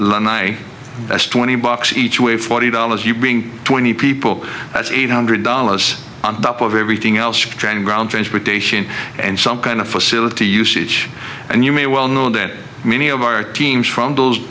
london i guess twenty bucks each way forty dollars you bring twenty people that's eight hundred dollars on top of everything else for training ground transportation and some kind of facility usage and you may well know that many of our teams from